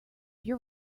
your